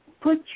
Put